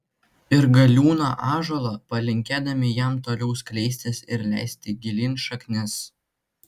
ir galiūną ąžuolą palinkėdami jam toliau skleistis ir leisti gilyn šaknis